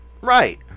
Right